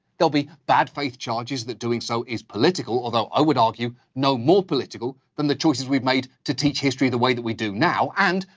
there'll be bad faith charges that doing so is political, although i would argue no more political than the choices we've made to teach history the way that we do now. and,